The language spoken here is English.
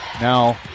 Now